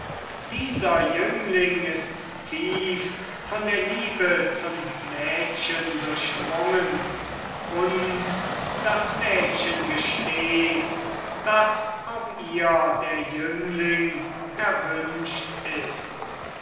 dieser jüngling ist tief von der liebe zum mädchen durchdrungen und das mädchen gesteht daß auch ihr der jüngling erwünscht ist